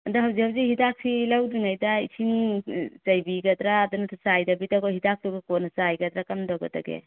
ꯑꯗꯨ ꯍꯧꯖꯤꯛ ꯍꯧꯖꯤꯛ ꯍꯤꯗꯥꯛꯁꯤ ꯂꯧꯗ꯭ꯔꯤꯉꯩꯗ ꯏꯁꯤꯡ ꯆꯥꯏꯕꯤꯒꯗ꯭ꯔꯥ ꯑꯗꯨ ꯅꯠꯇꯕꯤ ꯆꯥꯏꯗꯕꯤꯗ ꯀꯣ ꯍꯤꯗꯥꯛꯇꯨꯒ ꯀꯣꯟꯅ ꯆꯥꯏꯒꯗ꯭ꯔꯥ ꯀꯝꯗꯧꯒꯗꯒꯦ